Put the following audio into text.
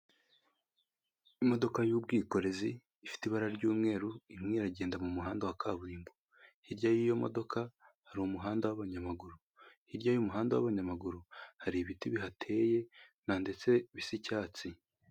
Imodoka y'ubwikorezi ifite ibara ry'umweru irimo iragenda mu muhanda wa kaburimbo, hirya y'iyo modoka hari umuhanda w'abanyamaguru hirya y'umuhanda w'abanyamaguru, hari ibiti bihateye na ndetse bisa icyatsi.